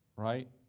right?